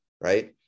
right